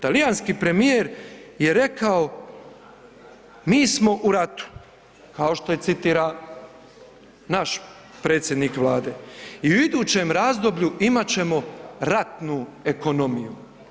Talijanski premijer je rekao mi smo u ratu, kao što citira i naš predsjednik Vlade i u idućem razdoblju imat ćemo ratnu ekonomiju.